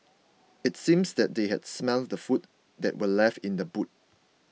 it seemed that they had smelt the food that were left in the boot